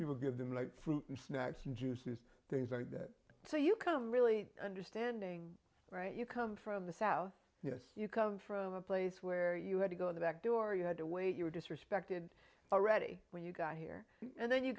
people give them like fruit and snacks and juices things like that so you kind of really understanding right you come from the south yes you come from a place where you had to go out the back door you had to wait you were disrespected already when you got here and then you